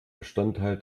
bestandteil